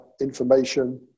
information